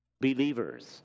believers